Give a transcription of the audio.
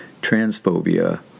transphobia